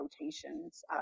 rotations